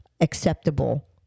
acceptable